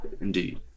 Indeed